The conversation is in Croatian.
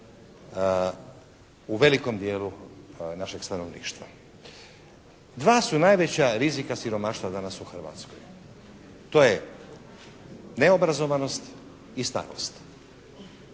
u velikom dijelu našeg stanovništva. Dva su najveća rizika siromaštva danas u Hrvatskoj. To je neobrazovanost i starost.